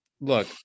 look